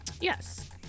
yes